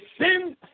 sin